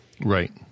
Right